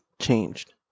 changed